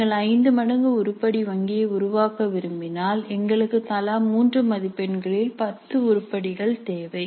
நீங்கள் 5 மடங்கு உருப்படி வங்கியை உருவாக்க விரும்பினால் எங்களுக்கு தலா 3 மதிப்பெண்களில் 10 உருப்படிகள் தேவை